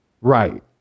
right